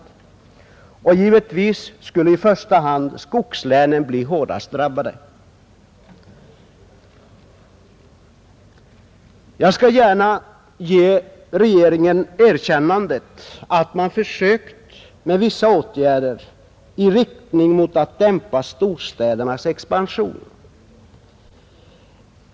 Givetvis skulle i första hand skogslänen bli hårdast drabbade. Jag skall gärna ge regeringen erkännandet att den har prövat vissa Nr 76 åtgärder i riktning mot att dämpa storstädernas expansion.